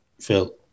Phil